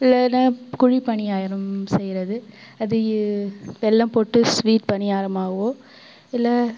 இல்லை எதனா குழிப்பணியாரம் செய்யறது அது வெல்லம் போட்டு ஸ்வீட் பணியாரமாவோ இல்லை